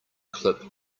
clip